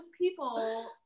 people